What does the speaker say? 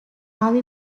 army